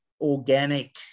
organic